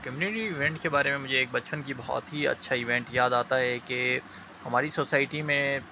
community event کے بارے میں یہ ایک بچپن کی بہت ہی اچھا ایونٹ یاد آتا ہے کہ ہماری سوسائٹی میں